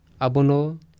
abono